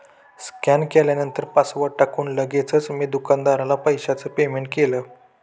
scan केल्यावर password टाकून लगेचच मी दुकानदाराला पैशाचं पेमेंट केलं